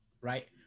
right